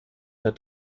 der